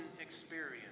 experience